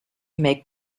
make